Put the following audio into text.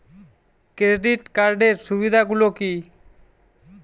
Credit কার্ডের সুবিধা গুলো কি?